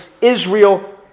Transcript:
Israel